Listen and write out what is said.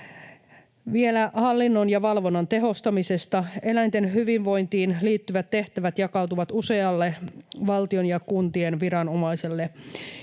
Vielä hallinnon ja valvonnan tehostamisesta: Eläinten hyvinvointiin liittyvät tehtävät jakautuvat usealle valtion ja kuntien viranomaiselle,